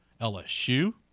LSU